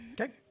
Okay